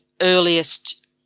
earliest